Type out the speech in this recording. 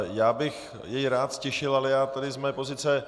Já bych jej rád ztišil, ale já tady z mé pozice...